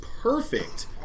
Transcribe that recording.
perfect